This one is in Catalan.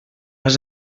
has